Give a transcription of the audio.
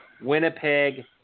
Winnipeg